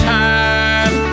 time